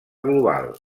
global